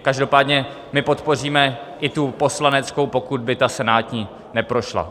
Každopádně my podpoříme i tu poslaneckou, pokud by ta senátní neprošla.